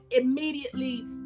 immediately